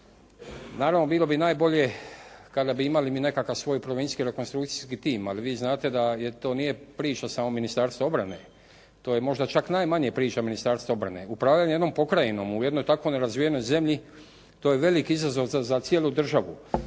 Naravno, bilo bi najbolje kada bi imali mi nekakav svoj provincijski rekonstrukcijski tim. Ali vi znate da to nije priča samo Ministarstva obrane. To je možda čak najmanje Ministarstva obrane. Upravljanje jednom pokrajinom u jednoj tako nerazvijenoj zemlji to je velik izazov za cijelu državu.